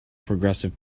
progressive